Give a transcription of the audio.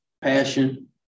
passion